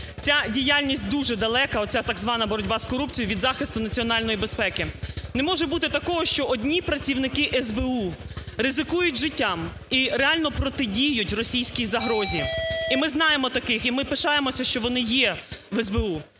Ця діяльність дуже далека, оця так звана боротьба з корупцією, від захисту національної безпеки. Не може бути такого, що одні працівники СБУ ризикують життя і реально протидіють російській загрозі, і ми знаємо таких, і ми пишаємося, що вони є в СБУ.